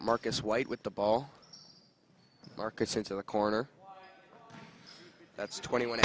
marcus white with the ball marcus into a corner that's twenty one